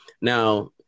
now